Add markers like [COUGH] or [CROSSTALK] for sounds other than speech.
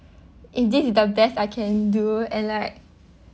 is this the best I can do and like [BREATH]